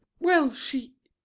well, she,